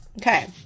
Okay